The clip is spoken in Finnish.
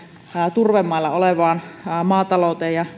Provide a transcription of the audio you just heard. turvemailla olevaan maatalouteen ja